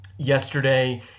yesterday